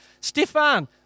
Stefan